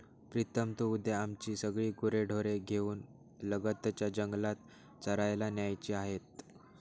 प्रीतम तू उद्या आमची सगळी गुरेढोरे घेऊन लगतच्या जंगलात चरायला न्यायची आहेत